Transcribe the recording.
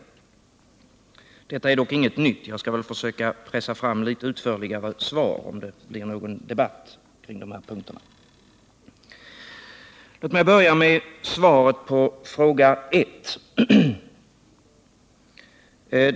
Detta innebär dock ingenting nytt, och jag skall försöka pressa fram något utförligare svar om det blir debatt kring dessa punkter. Låt mig börja med svaret på fråga 1.